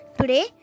Today